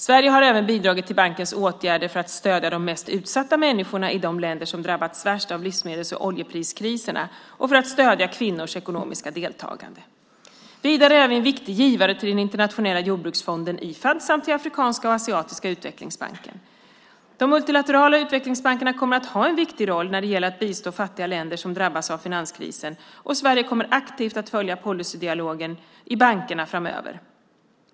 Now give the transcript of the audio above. Sverige har även bidragit till bankens åtgärder för att stödja de mest utsatta människorna i de länder som drabbats värst av livsmedels och oljepriskriserna och för att stödja kvinnors ekonomiska deltagande. Vidare är vi en viktig givare till Internationella jordbruksfonden, IFAD samt till Afrikanska och Asiatiska utvecklingsbanken. De multilaterala utvecklingsbankerna kommer att ha en viktig roll när det gäller att bistå fattiga länder som drabbas av finanskrisen, och Sverige kommer aktivt att följa policydialogen i bankerna framöver.